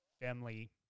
family